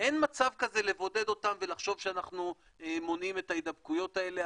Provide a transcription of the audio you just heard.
אין מצב כזה לבודד אותם ולחשוב שאנחנו מונעים את ההידבקויות האלה.